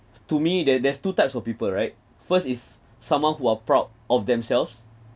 to me there there's two types of people right first is someone who are proud of themselves